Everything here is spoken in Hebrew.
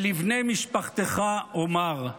לך ולבני משפחתך אומר: